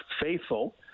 faithful